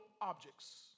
objects